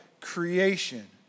creation